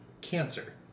cancer